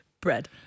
bread